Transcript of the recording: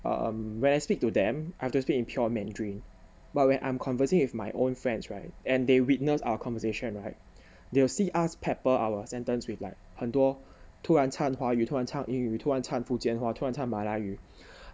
um when I speak to them I have to speak in pure mandarin but when I'm conversing with my own friends right and they witness our conversation right they will see us pepper our sentence with like 很多突然掺华语突然掺英语突然掺福建话突然掺马来语